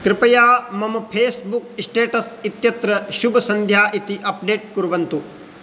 कृपया मम Facebook status इत्यत्र शुभसन्ध्या इति अपडेट् कुर्वन्तु